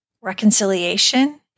reconciliation